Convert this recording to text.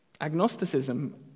Agnosticism